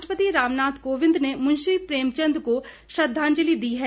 राष्ट्रपति रामनाथ कोविंद ने मुंशी प्रेमचंद को श्रद्वांजलि दी है